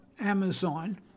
Amazon